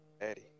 Eddie